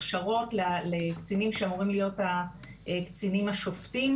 הכשרות לקצינים שאמורים להיות הקצינים השופטים.